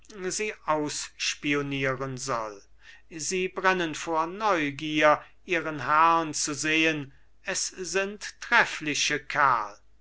sie ausspionieren soll sie brennen vor neugier ihren herrn zu sehen und es sind treffliche kerl